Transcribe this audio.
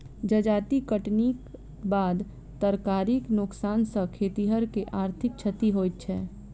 जजाति कटनीक बाद तरकारीक नोकसान सॅ खेतिहर के आर्थिक क्षति होइत छै